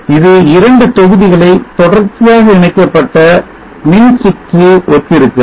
இது இரண்டு தொகுதிகளை தொடர்ச்சியாக இணைக்கப்பட்ட மின்சுற்று ஒத்திருக்கிறது